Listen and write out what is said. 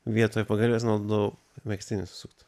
vietoje pagalvės naudojau megztinį susuktą